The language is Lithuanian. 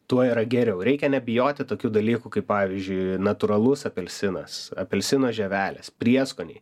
tuo yra geriau reikia nebijoti tokių dalykų kaip pavyzdžiui natūralus apelsinas apelsino žievelės prieskoniai